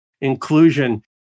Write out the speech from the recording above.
inclusion